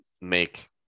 make